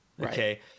okay